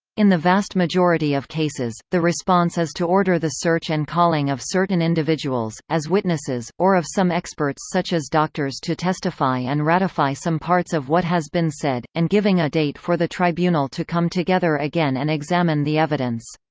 in the vast majority of cases, the response is to order the search and calling of certain individuals, as witnesses, or of some experts such as doctors to testify and ratify some parts of what has been said, and giving a date for the tribunal to come together again and examine the evidence.